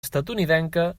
estatunidenca